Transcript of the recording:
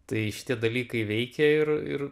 tai šitie dalykai veikia ir ir